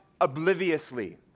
obliviously